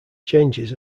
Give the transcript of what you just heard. changes